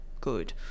good